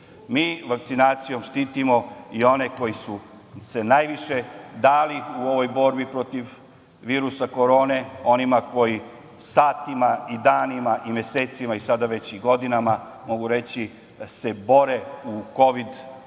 mi vakcinacijom štitimo i one koji su se najviše dali u ovoj borbi protiv virusa korone, onima koji satima, danima i mesecima, sada već i godinama, mogu reći se bore u kovid